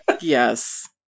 Yes